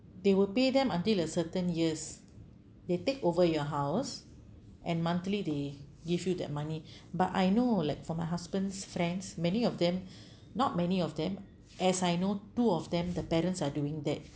they will pay them until a certain years they take over your house and monthly they give you that money but I know like from my husband's friends many of them not many of them as I know two of them the parents are doing that